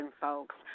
folks